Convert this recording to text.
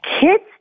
Kids